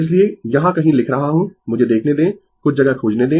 इसलिए यहाँ कहीं लिख रहा हूँ मुझे देखने दें कुछ जगह खोजने दें